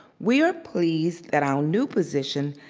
we are pleased that our new position,